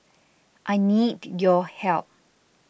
I need your help